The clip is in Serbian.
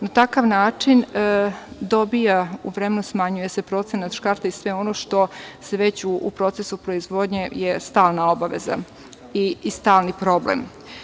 Na takav način smanjuje se procenat škarta i sve ono što je već u procesu proizvodnje stalna obaveza i stalni problem.